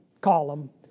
column